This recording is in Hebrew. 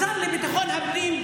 השר לביטחון הפנים,